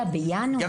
שמגיע בינואר, גם